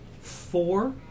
four